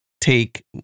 take